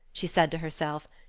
she said to herself,